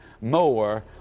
more